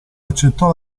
accettò